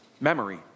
memory